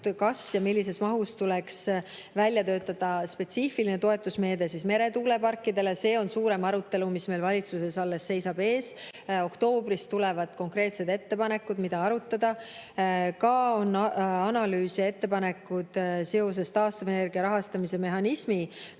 kas ja millises mahus tuleks välja töötada spetsiifiline toetusmeede meretuuleparkidele. See on suurem arutelu, mis meil valitsuses alles seisab ees. Oktoobris tulevad konkreetsed ettepanekud, mida arutada. Ka on analüüs ja ettepanekud seoses taastuvenergia rahastamise mehhanismi